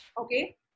Okay